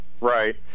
Right